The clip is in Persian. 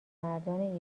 مردان